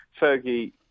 Fergie